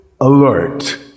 alert